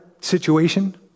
situation